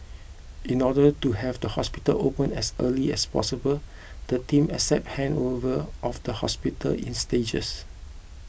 in order to have the hospital opened as early as possible the team accepted handover of the hospital in stages